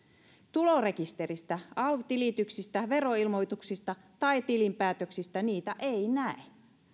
tulorekisteristä alv tilityksistä veroilmoituksista tai tilinpäätöksistä niitä ei näe